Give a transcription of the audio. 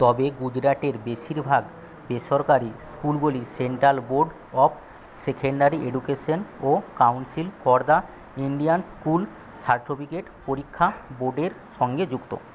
তবে গুজরাটের বেশিরভাগ বেসরকারি স্কুলগুলি Central Board of Secondary Education ও Council for the Indian School Certificate পরীক্ষা বোর্ডের সঙ্গে যুক্ত